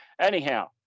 anyhow